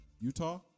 Utah